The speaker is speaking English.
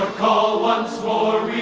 call once more